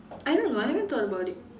I don't know I haven't thought about it